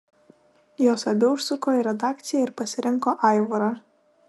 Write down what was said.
jos abi užsuko į redakciją ir pasirinko aivarą